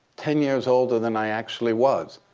ten years older than i actually was.